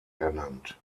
ernannt